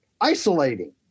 isolating